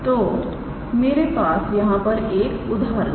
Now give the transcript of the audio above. तो मेरे पास यहां पर एक उदाहरण है